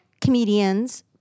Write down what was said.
comedians